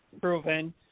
proven